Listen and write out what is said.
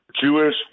Jewish